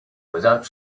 without